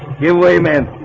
give way men